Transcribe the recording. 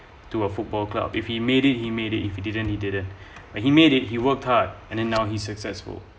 to a football club if he made it he made it if you didn't he did it and he made it he worked hard and then now he successful